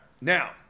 Now